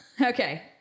Okay